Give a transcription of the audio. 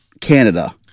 Canada